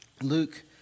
Luke